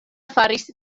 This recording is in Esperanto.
faris